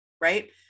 right